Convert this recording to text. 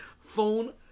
Phone